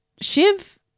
Shiv